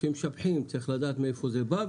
כשמשבחים צריך לדעת מאיפה זה בא,